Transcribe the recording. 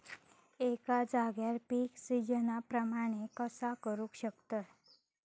एका जाग्यार पीक सिजना प्रमाणे कसा करुक शकतय?